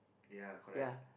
ya correct